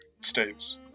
states